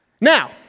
Now